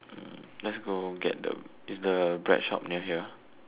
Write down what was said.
let's go get the is the bread shop near here